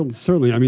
um certainly, i mean